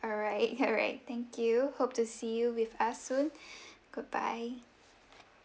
alright alright thank you hope to see you with us soon goodbye